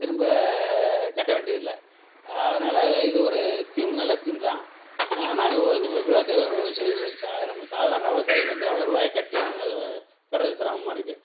திரும்ப கட்ட வேண்டியதில்லை அதனால் இது ஒரு ஸ்கீம் நல்ல ஸ்கீம் தான் ஆனால் ஒரு விவசாய செய் ச நம்ம சாதாரண விவசாயிகள் வந்து அவ்வளோ ருபாய கட்டி நாங்கள் அதை பெறுவது சிரமமாக இருக்குது